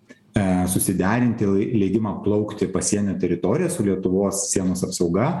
e susiderinti la leidimą plaukti pasienio teritorija su lietuvos sienos apsauga